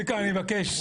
צביקה, אני מבקש.